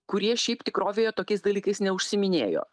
kurie šiaip tikrovėje tokiais dalykais neužsiiminėjo